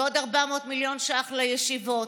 ועוד 400 מיליון שקלים לישיבות.